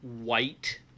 white